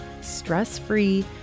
stress-free